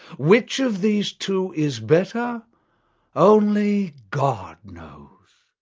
which of these two is better only god knows.